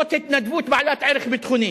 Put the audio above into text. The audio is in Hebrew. זאת התנדבות בעלת ערך ביטחוני.